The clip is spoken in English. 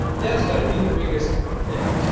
that's got to be the biggest thing.